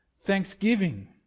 thanksgiving